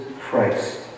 Christ